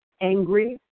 angry